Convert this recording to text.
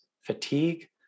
fatigue